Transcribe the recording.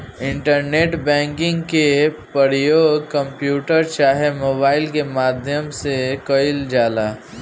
internet banking के परयोग computer चाहे मोबाइल के माध्यम से कईल जाला